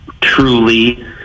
truly